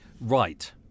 Right